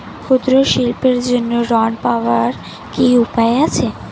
ক্ষুদ্র শিল্পের জন্য ঋণ পাওয়ার কি উপায় আছে?